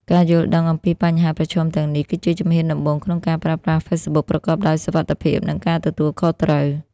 ការយល់ដឹងអំពីបញ្ហាប្រឈមទាំងនេះ គឺជាជំហានដំបូងក្នុងការប្រើប្រាស់ Facebook ប្រកបដោយសុវត្ថិភាព និងការទទួលខុសត្រូវ។